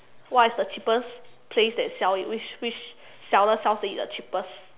what is the cheapest place that sell it which which seller sells it the cheapest